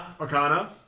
Arcana